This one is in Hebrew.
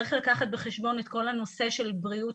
צריך לקחת בחשבון את כל הנושא של בריאות